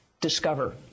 discover